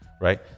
Right